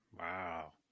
Wow